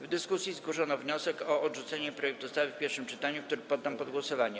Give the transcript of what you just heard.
W dyskusji zgłoszono wniosek o odrzucenie projektu ustawy w pierwszym czytaniu, który poddam pod głosowanie.